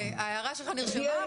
ההערה שלך נרשמה,